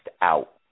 out